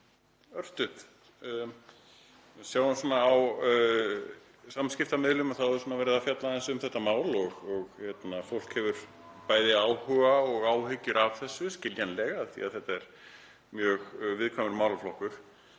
Við sjáum á samskiptamiðlum að það er aðeins verið að fjalla um þetta mál. Fólk hefur bæði áhuga og áhyggjur af þessu, skiljanlega, því að þetta er mjög viðkvæmur málaflokkur.